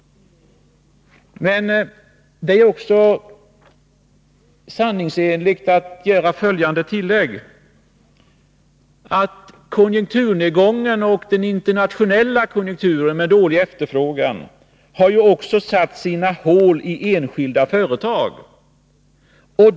Det är också sanningsenligt att göra följande tillägg. Konjunkturnedgången och den internationella konjunkturen med dålig efterfrågan har ju också gjort sina håli enskilda företag.